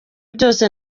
byose